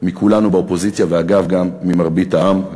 מכולנו באופוזיציה, ואגב, גם ממרבית העם.